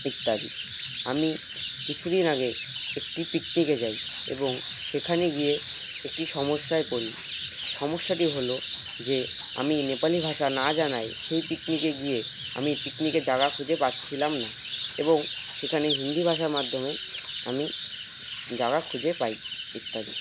ইত্যাদি আমি কিছুদিন আগে একটি পিকনিকে যাই এবং সেখানে গিয়ে একটি সমস্যায় পড়ি সমস্যাটি হলো যে আমি নেপালি ভাষা না জানাই সেই পিকনিকে গিয়ে আমি পিকনিকে জাগা খুঁজে পাচ্ছিলাম না এবং সেখানে হিন্দি ভাষার মাধ্যমে আমি জায়গা খুঁজে পাই ইত্যাদি